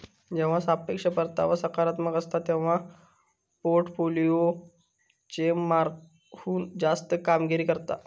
जेव्हा सापेक्ष परतावा सकारात्मक असता, तेव्हा पोर्टफोलिओ बेंचमार्कहुन जास्त कामगिरी करता